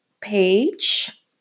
page